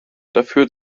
dafür